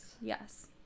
Yes